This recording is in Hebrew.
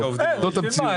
זאת המציאות.